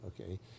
Okay